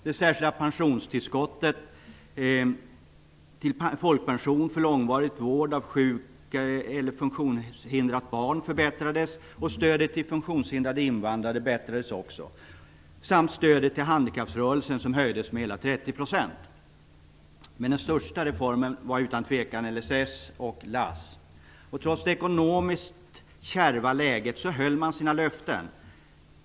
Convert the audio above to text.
Det särskilda pensionstillskottet till folkpension för långvarig vård av sjukt eller funktionshindrat barn förbättrades. Stödet till funktionshindrade invandrare förbättrades också, liksom stödet till handikapprörelsen, som höjdes med hela 30 %. De största reformerna var utan tvekan LSS och LASS. Trots det ekonomiskt kärva läget höll regeringen sina löften.